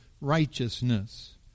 righteousness